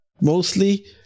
mostly